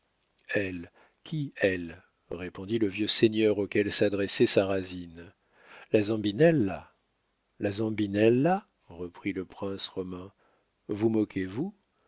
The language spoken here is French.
elle qui elle répondit le vieux seigneur auquel s'adressait sarrasine la zambinella la zambinella reprit le prince romain vous moquez-vous